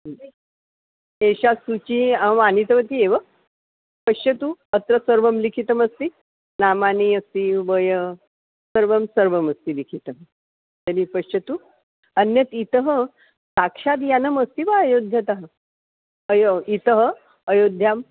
एषा सूची अहमानीतवती एव पश्यतु अत्र सर्वं लिखितमस्ति नामानि अस्ति वयः सर्वं सर्वमस्ति लिखितं तर्हि पश्यतु अन्यत् इतः साक्षाद्यानमस्ति वा अयोध्यातः अयं इतः अयोध्यां